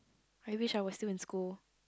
I wish I was still in school